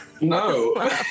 No